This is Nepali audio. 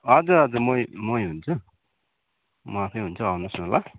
हजुर हजुर मै मै हुन्छु म आफै हुन्छु आउनुहोस् न ल